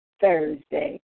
Thursday